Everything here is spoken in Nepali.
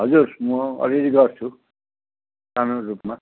हजुर म अलिअलि गर्छु सानो रूपमा